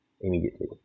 immediately